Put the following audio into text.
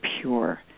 pure